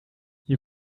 you